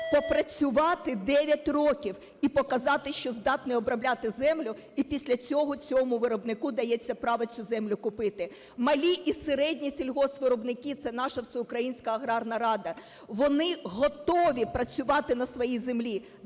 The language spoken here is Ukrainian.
попрацювати 9 років і показати, що здатний обробляти землю, і після цього цьому виробнику дається право цю землю купити. Малі і середні сільгоспвиробники – це наша Всеукраїнська аграрна рада. Вони готові працювати на своїй землі.